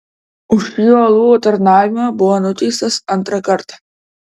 už šį uolų tarnavimą buvo nuteistas antrą kartą